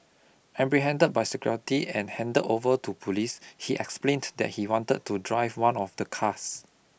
apprehended by security and handed over to police he explained that he had wanted to drive one of the cars